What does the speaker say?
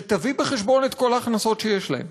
שתביא בחשבון את כל ההכנסות שיש להם,